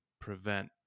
prevent